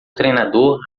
treinador